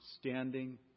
standing